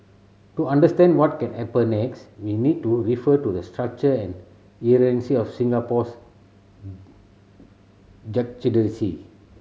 to understand what can happen next we need to refer to the structure and of Singapore's